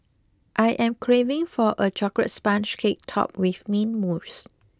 I am craving for a chocolate sponge cake topped with mint mousse